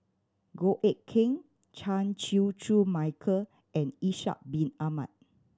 Goh Eck Kheng Chan Chew Koon Michael and Ishak Bin Ahmad